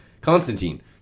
Constantine